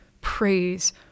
praise